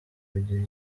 kugira